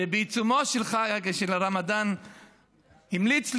שבעיצומו של הרמדאן המליץ לי,